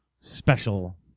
special